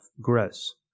gross